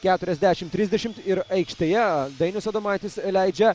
keturiasdešimt trisdešimt ir aikštėje dainius adomaitis leidžia